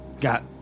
got